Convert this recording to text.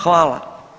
Hvala.